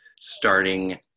starting